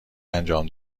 انجام